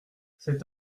cet